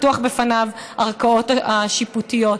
פתוחות בפניו הערכאות השיפוטיות.